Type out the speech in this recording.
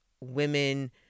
women